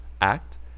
act